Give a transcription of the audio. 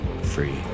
free